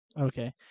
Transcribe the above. Okay